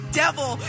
devil